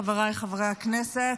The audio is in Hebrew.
חבריי חברי הכנסת,